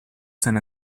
san